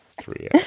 Three